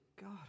God